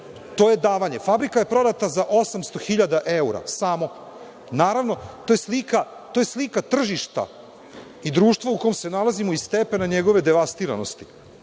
to je davanje. Fabrika je prodata za 800 hiljada evra. Samo. Naravno, to je slika tržišta i društva u kome se nalazimo i stepena njegove devastiranosti,